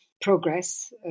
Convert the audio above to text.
progress